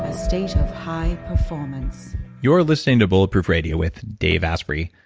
a state of high performance you're listening to bulletproof radio with dave asprey.